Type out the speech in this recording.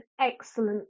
excellent